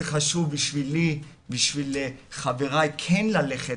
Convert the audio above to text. זה חשוב בשבילי ובשביל חבריי כן ללכת